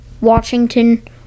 Washington